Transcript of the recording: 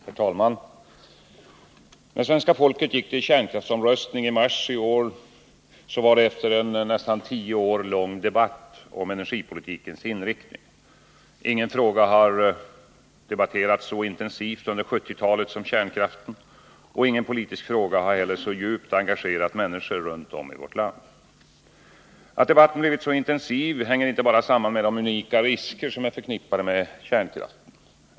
Herr talman! När svenska folket gick till kärnkraftsomröstning i mars i år var det efter en nästan tio år lång debatt om energipolitikens inriktning. Ingen fråga har debatterats så intensivt under 1970-talet som kärnkraften. Ingen politisk fråga har heller så djupt engagerat människor runt om i vårt land. Att debatten blivit så intensiv hänger inte bara samman med de unika risker som är förknippade med kärnkraften.